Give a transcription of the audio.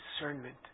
discernment